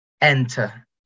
enter